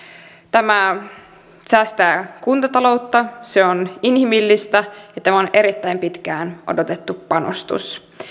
tämä säästää kuntataloutta se on inhimillistä ja tämä on erittäin pitkään odotettu panostus